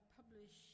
publish